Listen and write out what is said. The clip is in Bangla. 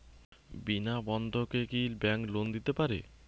বিনা বন্ধকে কি ব্যাঙ্ক লোন দিতে পারে?